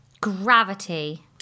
Gravity